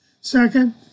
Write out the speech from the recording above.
Second